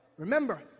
Remember